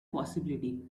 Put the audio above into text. possibility